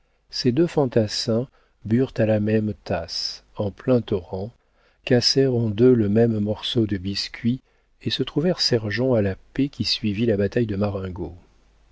ces deux fantassins burent à la même tasse en plein torrent cassèrent en deux le même morceau de biscuit et se trouvèrent sergents à la paix qui suivit la bataille de marengo